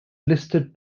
listed